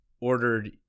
Ordered